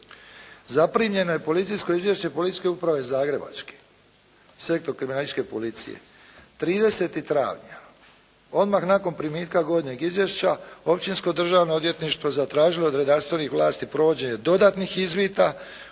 zaprimljeno je policijsko izvješće Policijske uprave zagrebačke Sektor kriminalističke policije 30. travnja "Odmah nakon primitka gornjeg izvješća Općinsko državno odvjetništvo zatražilo je od redarstvenih vlasti provođenje dodatnih izvida budući da